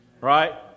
right